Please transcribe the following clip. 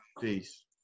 peace